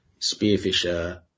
spearfisher